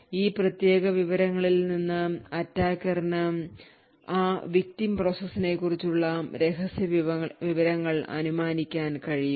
ഈ പ്രത്യേക വിവരങ്ങളിൽ നിന്ന് attacker നു ആ victim process നെക്കുറിച്ചുള്ള രഹസ്യ വിവരങ്ങൾ അനുമാനിക്കാൻ കഴിയും